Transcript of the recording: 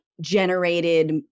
generated